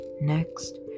Next